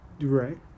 right